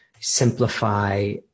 simplify